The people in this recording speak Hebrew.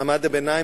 מעמד הביניים,